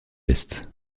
est